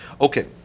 okay